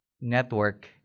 network